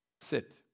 sit